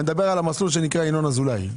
אני מדבר על המסלול שנקרא ינון אזולאי.